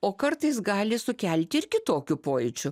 o kartais gali sukelti ir kitokių pojūčių